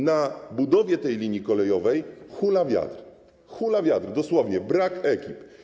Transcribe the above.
Na budowie tej linii kolejowej hula wiatr, hula wiatr, dosłownie, brak ekip.